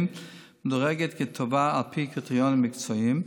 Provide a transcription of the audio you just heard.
מדורגת כטובה על פי קריטריונים מקצועיים,